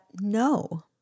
no